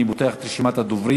אני פותח את רשימת הדוברים.